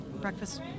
breakfast